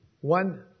One